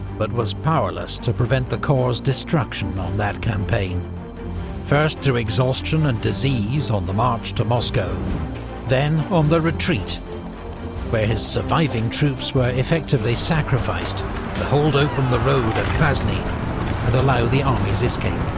but was powerless to prevent the corps' destruction on that campaign first through exhaustion and disease on the march to moscow then on the retreat where his surviving troops were effectively sacrificed, to hold open the road at krasny and allow the army's escape.